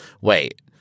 Wait